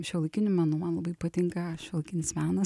šiuolaikiniu menu man labai patinka šiuolaikinis menas